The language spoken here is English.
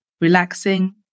relaxing